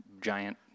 giant